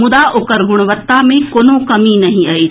मुदा ओकर गुणवत्ता मे कोनो कमी नहि अछि